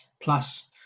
plus